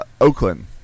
Oakland